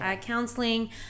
counseling